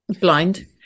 blind